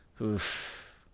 Oof